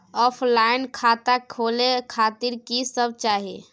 Offline खाता खोले खातिर की सब चाही?